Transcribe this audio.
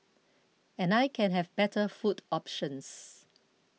and I can have better food options